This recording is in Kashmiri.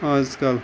آز کَل